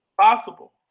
possible